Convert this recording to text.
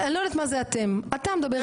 אופיר, אני לא יודעת מה זה אתם, אתה מדבר איתי.